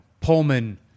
Pullman